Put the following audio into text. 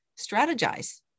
strategize